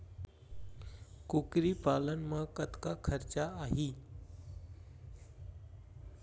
कुकरी पालन म कतका खरचा आही?